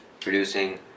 producing